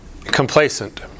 complacent